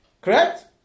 Correct